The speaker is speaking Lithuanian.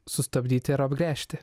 sustabdyti ir apgręžti